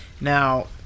Now